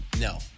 No